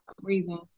reasons